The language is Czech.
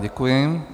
Děkuji.